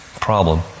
problem